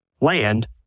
land